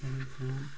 پَنُن پان